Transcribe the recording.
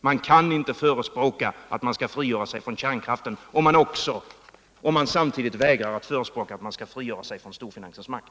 Man kan inte förespråka en frigörelse från kärnkraft om man samtidigt vägrar att förespråka en frigörelse från storfinansens makt.